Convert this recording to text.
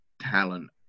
talent